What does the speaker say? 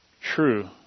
true